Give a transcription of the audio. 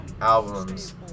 albums